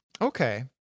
Okay